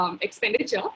expenditure